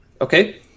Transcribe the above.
Okay